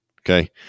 Okay